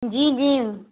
جی جی